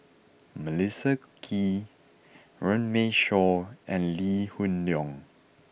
Melissa Kwee Runme Shaw and Lee Hoon Leong